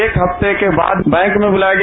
एक हफ्ते के बाद बैंक में बुलाया गया